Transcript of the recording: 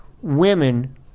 women